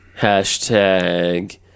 Hashtag